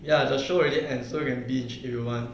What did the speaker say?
ya the show already end and so which you want